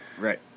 Right